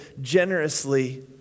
generously